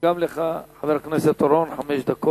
גם לך, חבר הכנסת אורון, חמש דקות.